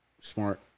smart